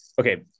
Okay